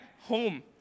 home